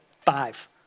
five